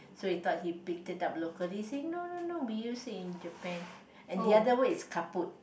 so we thought he picked it up it locally he say no no no we use it in Japan and the other word is kaput